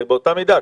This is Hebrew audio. הרי באותה מידה,